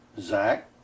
Zach